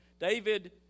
David